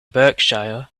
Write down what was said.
berkshire